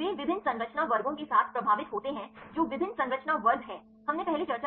वे विभिन्न संरचना वर्गों के साथ प्रभावित होते हैं जो विभिन्न संरचना वर्ग हैं हमने पहले चर्चा की